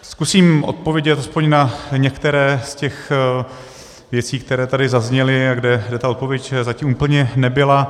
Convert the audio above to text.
Zkusím odpovědět aspoň na některé z těch věcí, které tady zazněly a kde ta odpověď zatím úplně nebyla.